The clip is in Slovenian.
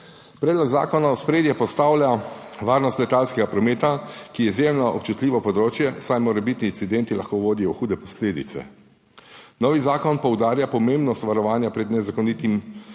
Predlog zakona v ospredje postavlja varnost letalskega prometa, ki je izjemno občutljivo področje, saj morebitni incidenti lahko vodijo v hude posledice. Novi zakon poudarja pomembnost varovanja pred nezakonitim vmešavanjem